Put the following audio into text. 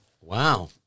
Wow